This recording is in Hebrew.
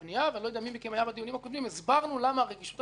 ואני לא יודע מי מכם היה בדיונים הקודמים הסברנו למה הרגישות המדינית